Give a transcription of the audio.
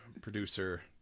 producer